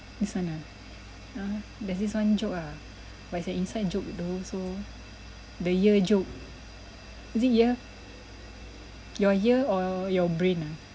this one ah uh there's this one joke ah but it's an inside joke though so the ear joke is it ear your ear or your brain ah